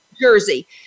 Jersey